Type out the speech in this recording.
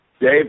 Dave